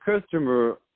customer